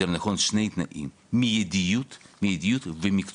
יותר נכון שני תנאים, מידיות ומקצועיות.